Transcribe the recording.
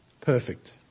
perfect